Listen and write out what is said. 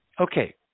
Okay